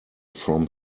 from